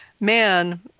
man